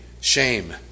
shame